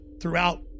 throughout